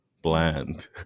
bland